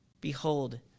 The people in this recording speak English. Behold